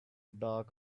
dark